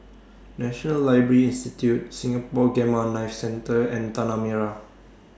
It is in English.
National Library Institute Singapore Gamma Knife Centre and Tanah Merah